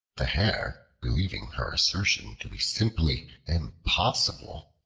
the hare, believing her assertion to be simply impossible,